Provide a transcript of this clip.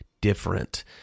different